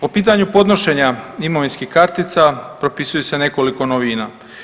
Po pitanju podnošenja imovinskih kartica, propisuje se nekoliko novina.